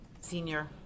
senior